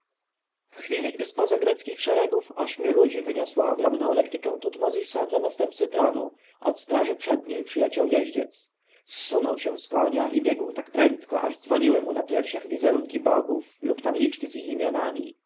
w chwili gdy z poza greckich szeregów ośmiu ludzi wyniosło ogromną lektykę tutmozisa dla następcy tronu od straży przedniej przyleciał jeździec zsunął się z konia i biegł tak prędko aż dzwoniły mu na piersiach wizerunki bogów lub tabliczki z ich imionami